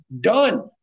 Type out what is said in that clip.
done